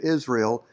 Israel